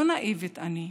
לא נאיבית אני,